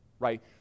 right